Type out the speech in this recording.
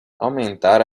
aumentar